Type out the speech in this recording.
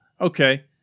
okay